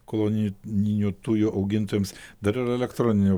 koloni ninių tujų augintojams dar yra elektroninių